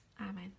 Amen